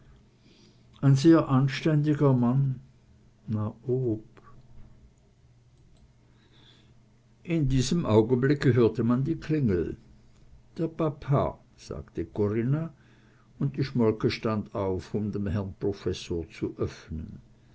ein sehr anständiger mann na ob in diesem augenblicke hörte man die klingel der papa sagte corinna und die schmolke stand auf um dem herrn professor zu öffnen